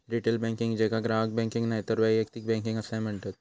retail banking, जेका ग्राहक banking नायतर वैयक्तिक बँकिंग असाय म्हणतत